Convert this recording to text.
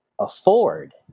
afford